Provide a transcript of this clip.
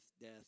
death